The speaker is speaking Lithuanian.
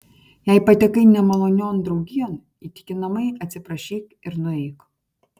jei patekai nemalonion draugijon įtikinamai atsiprašyk ir nueik